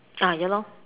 ah ya lor